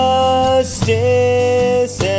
Justice